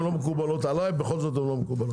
הן לא מקובלות עליי, בכל זאת הן לא מקובלות.